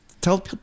tell